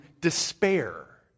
despair